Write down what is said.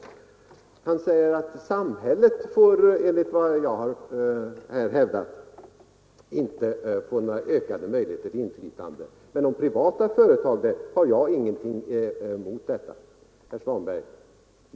Herr Svanberg säger att samhället, enligt vad jag har hävdat här, inte får några ökade möjligheter till inflytande, men att jag beträffande de privata företagen inte har något emot detta. Herr Svanberg!